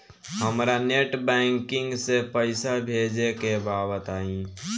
हमरा net banking से पईसा भेजे के बा बताई?